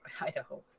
idaho